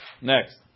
next